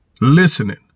listening